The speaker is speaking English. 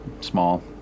small